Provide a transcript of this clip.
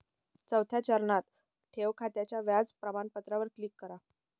चौथ्या चरणात, ठेव खात्याच्या व्याज प्रमाणपत्रावर क्लिक करा